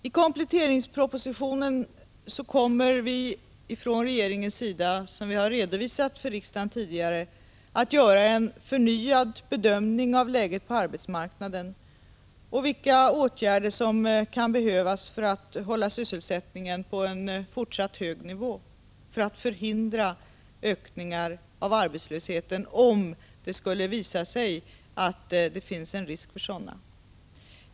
I kompletteringspropositionen kommer vi från regeringens sida, som vi redovisat för riksdagen tidigare, att göra en förnyad bedömning av läget på arbetsmarknaden och vilka åtgärder som kan behövas för att hålla sysselsättningen på en fortsatt hög nivå och förhindra ökningar av arbetslösheten, om det skulle visa sig att det finns en risk för sådana.